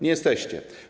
Nie jesteście.